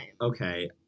okay